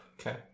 Okay